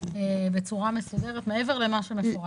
בצורה מסודרת מעבר למה שמפורט.